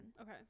Okay